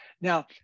now